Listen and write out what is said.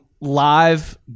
live